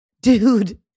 dude